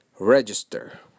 register